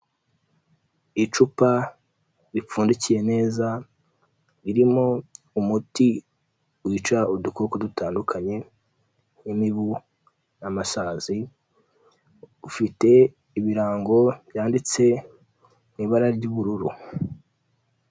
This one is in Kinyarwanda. Icupa ripfundikiye neza, ririmo umuti wica udukoko dutandukanye nk'imibu, amasazi, ufite ibirango byanditse mu ibara ry'ubururu.